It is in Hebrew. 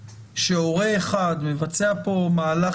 אם יחידת הסיוע מתרשמת שהורה אחד מבצע פה מהלך,